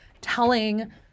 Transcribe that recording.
telling